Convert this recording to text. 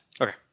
Okay